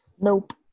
Nope